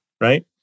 right